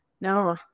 No